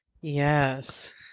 Yes